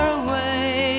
away